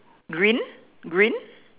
green green